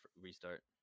restart